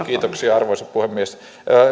kiitoksia arvoisa puhemies on